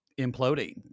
imploding